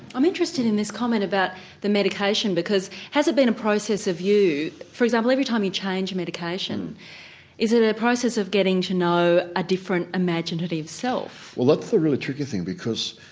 i'm interested in this comment about the medication because has it been a process of, for example, every time you change medication is it a process of getting to know a different imaginative self? well that's the really tricky thing because